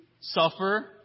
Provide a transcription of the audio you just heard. suffer